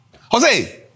Jose